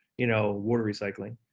you know, water recycling.